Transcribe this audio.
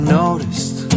noticed